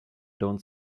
don’t